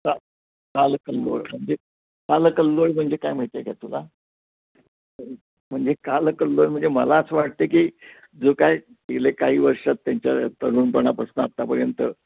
का कालकल्लोळ म्हणजे काल कल्लोळ म्हणजे काय माहिती आहे का तुला म्हणजे कालकल्लोळ म्हणजे मला असं वाटत आहे की जो काय गेले काही वर्षात त्यांच्या तरुणपणापासून आत्तापर्यंत